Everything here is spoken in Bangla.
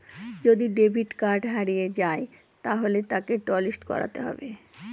যদি ডেবিট কার্ড হারিয়ে যায় তাহলে তাকে টলিস্ট করাতে হবে